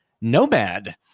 Nomad